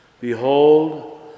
Behold